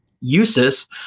uses